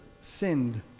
sinned